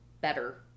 better